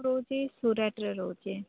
ମୁଁ ରହୁଛି ସୁରାଟରେ ରହୁଛି